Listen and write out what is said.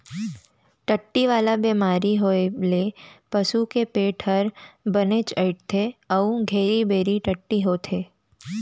टट्टी वाला बेमारी होए ले पसू के पेट हर बनेच अइंठथे अउ घेरी बेरी टट्टी होथे